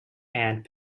and